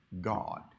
God